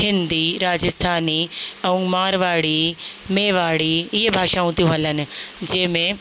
हिंदी राजस्थानी ऐं मारवाड़ी मेवाड़ी इहे भाषाऊं थियूं हलनि जंहिं में